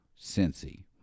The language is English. Cincy